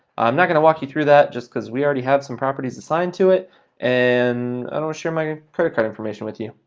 i'm not gonna walk you through that, just cause we already have some properties assigned to it and i don't wanna share my credit card information with you.